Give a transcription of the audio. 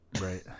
right